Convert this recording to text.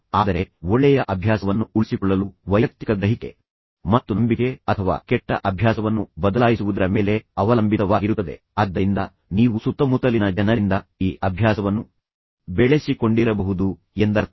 ಆದರೆ ಒಳ್ಳೆಯ ಅಭ್ಯಾಸವನ್ನು ಉಳಿಸಿಕೊಳ್ಳಲು ವೈಯಕ್ತಿಕ ಗ್ರಹಿಕೆ ಮತ್ತು ನಂಬಿಕೆ ಅಥವಾ ಕೆಟ್ಟ ಅಭ್ಯಾಸವನ್ನು ಬದಲಾಯಿಸುವುದರ ಮೇಲೆ ಅವಲಂಬಿತವಾಗಿರುತ್ತದೆ ಆದ್ದರಿಂದ ನೀವು ಸುತ್ತಮುತ್ತಲಿನ ಜನರಿಂದ ಈ ಅಭ್ಯಾಸವನ್ನು ಬೆಳೆಸಿಕೊಂಡಿರಬಹುದು ಎಂದರ್ಥ